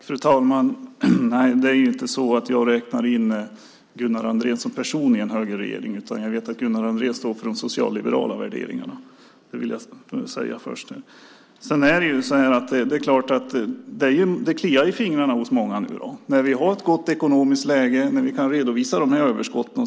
Fru talman! Nej, jag räknar inte in Gunnar Andrén som person i en högerregering. Jag vet att Gunnar Andrén står för de socialliberala värderingarna. Det vill jag säga först. Det är klart att det kliar i fingrarna hos många nu när vi har ett gott ekonomiskt läge och när vi kan redovisa överskott.